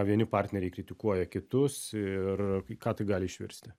vieni partneriai kritikuoja kitus ir į ką tai gali išvirsti